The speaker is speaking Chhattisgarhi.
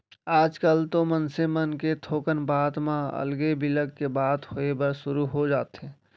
आजकल तो मनसे मन के थोकन बात म अलगे बिलग के बात होय बर सुरू हो जाथे